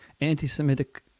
Anti-Semitic